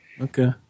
Okay